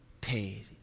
paid